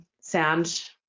sound